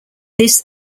this